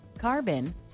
carbon